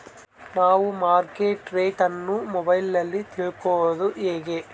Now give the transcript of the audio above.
ನಾವು market rate ಅನ್ನು ಮೊಬೈಲಲ್ಲಿ ತಿಳ್ಕಳೋದು ಹೇಗೆ?